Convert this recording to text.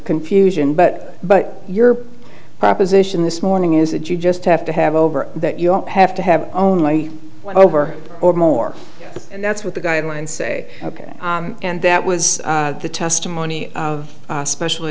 confusion but but your proposition this morning is that you just have to have over that you have to have only one over or more and that's what the guidelines say and that was the testimony of special